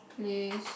please